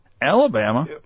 Alabama